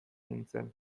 nintzen